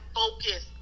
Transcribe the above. focus